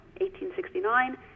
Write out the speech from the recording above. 1869